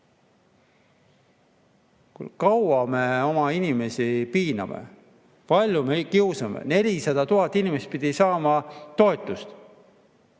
Kaua me oma inimesi piiname, kui palju me neid kiusame? 400 000 inimest pidi saama toetust.